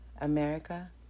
America